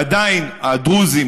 עדיין הדרוזים,